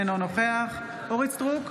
אינו נוכח אורית מלכה סטרוק,